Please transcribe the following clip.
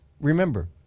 remember